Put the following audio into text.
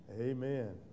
amen